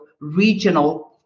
regional